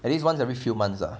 at least once every few months ah